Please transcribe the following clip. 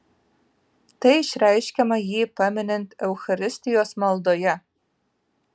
tai išreiškiama jį paminint eucharistijos maldoje